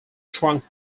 trunk